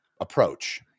approach